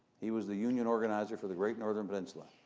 he was the union organizer for the great northern peninsula,